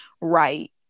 right